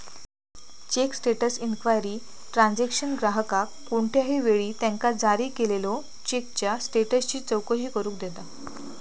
check status inquiry transaction ग्राहकाक कोणत्याही वेळी त्यांका जारी केलेल्यो चेकचा स्टेटसची चौकशी करू देता